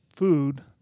food